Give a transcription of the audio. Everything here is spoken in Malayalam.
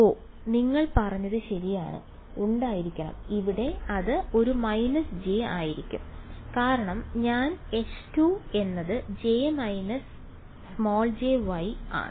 ഓ നിങ്ങൾ പറഞ്ഞത് ശരിയാണ് ഉണ്ടായിരിക്കണം ഇവിടെ അത് ഒരു − j ആയിരിക്കണം കാരണം ഞാൻ H എന്നത് J − jY ആണ്